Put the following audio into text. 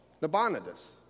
Nabonidus